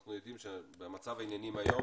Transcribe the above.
אנחנו יודעים שבמצב העניינים היום,